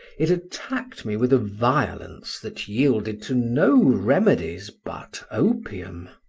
it attacked me with a violence that yielded to no remedies but opium.